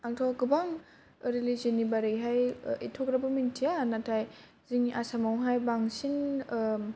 आं थ' रिलिजननि बारेहाय एथ' ग्राबबो मिथिया नाथाय जोंनि आसामाव हाय बांसिन